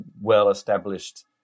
well-established